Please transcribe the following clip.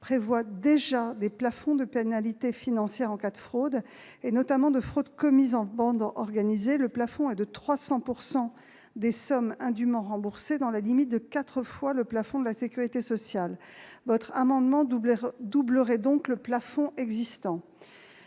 prévoit déjà des plafonds de pénalités financières en cas de fraude. S'agissant de fraude commise en bande organisée, le plafond est de 300 % des sommes indûment remboursées, dans la limite de quatre fois le plafond de la sécurité sociale. L'adoption de votre amendement doublerait donc le plafond existant.